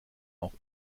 auch